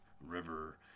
river